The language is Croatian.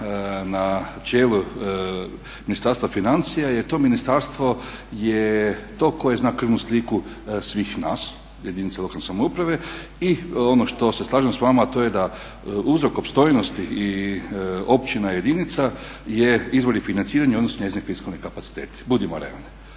na čelu Ministarstva financija je to ministarstvo je to koje zna krvnu sliku svih nas, jedinica lokalne samouprave. I ono što se slažem s vama, a to je da uzrok opstojnosti i općina i jedinica je izvori financiranja u odnosu na njezini fiskalni kapaciteti. Budimo realni.